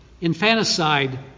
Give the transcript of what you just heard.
infanticide